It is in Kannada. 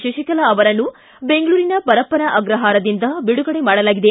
ಶಶಿಕಲಾ ಅವರನ್ನು ಬೆಂಗಳೂರಿನ ಪರಪ್ಪನ ಅಗ್ರಹಾರದಿಂದ ಬಿಡುಗಡೆ ಮಾಡಲಾಗಿದೆ